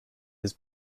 his